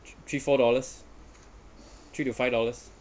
three four dollars three to five dollars